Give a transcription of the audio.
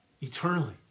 Eternally